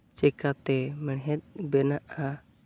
ᱪᱤᱠᱟᱹᱛᱮ ᱢᱮᱲᱦᱮᱫᱽ ᱵᱮᱱᱟᱜᱼᱟ